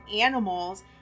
animals